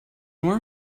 nora